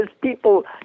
people